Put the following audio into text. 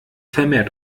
vermehrt